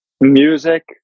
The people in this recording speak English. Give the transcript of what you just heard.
music